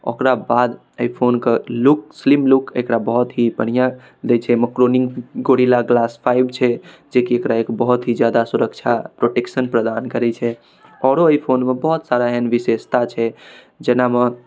ओकराबाद एहि फोनके लुक स्लिम लुक एकरा बहुत ही बढ़िआँ दै छै एहिमे क्लोनिङ्ग गोरिल्ला ग्लास फाइव छै जेकि एकरा बहुत ही ज्यादा सुरक्षा प्रोटेक्शन प्रदान करै छै आओर एहि फोनमे बहुत सारा एहन विशेषता छै जेनामे